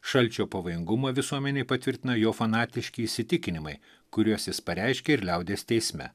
šalčio pavojingumą visuomenei patvirtina jo fanatiški įsitikinimai kuriuos jis pareiškė ir liaudies teisme